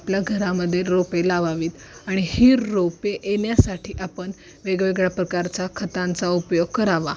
आपल्या घरामध्ये रोपे लावावीत आणि ही रोपे येण्यासाठी आपण वेगवेगळ्या प्रकारच्या खतांचा उपयोग करावा